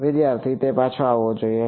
વિદ્યાર્થી તે પાછો આવવો જોઈએ